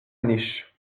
niche